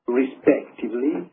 respectively